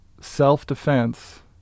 self-defense